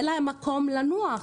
אין לנו מקום לנוח.